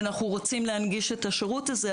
ואנחנו רוצים להנגיש את השירות הזה,